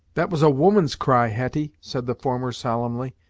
that was a woman's cry, hetty, said the former solemnly,